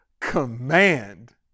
command